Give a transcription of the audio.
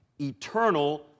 eternal